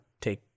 take